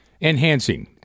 Enhancing